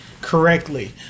correctly